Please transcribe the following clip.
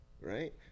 Right